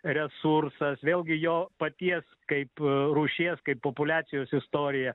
resursas vėlgi jo paties kaip rūšies kaip populiacijos istorija